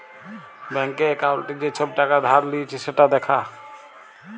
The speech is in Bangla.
ব্যাংকে একাউল্টে যে ছব টাকা ধার লিঁয়েছে সেট দ্যাখা